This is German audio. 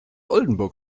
oldenburg